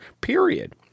period